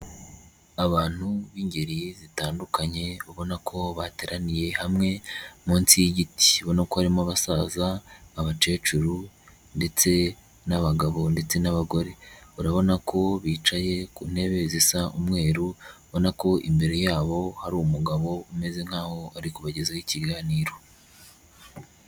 Abantu b'ingeri zitandukanye ubona ko bateraniye hamwe munsi y'igiti, ubona ko harimo abasaza, abakecuru ndetse n'abagabo ndetse n'abagore, urabona ko bicaye ku ntebe zisa umweru, ubona ko imbere yabo hari umugabo umeze nkaho ari kubagezaho ikiganiro.